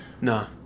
No